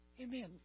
Amen